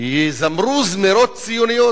יזמרו זמירות ציוניות,